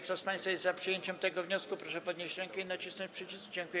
Kto z państwa jest za przyjęciem tego wniosku, proszę podnieść rękę i nacisnąć przycisk.